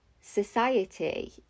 society